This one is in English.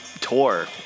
tour